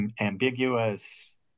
ambiguous